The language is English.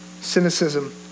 Cynicism